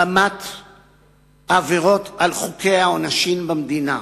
רמת עבירות על חוקי העונשין במדינה,